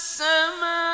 summer